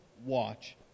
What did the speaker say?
watch